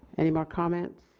any more comments?